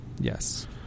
Yes